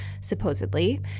supposedly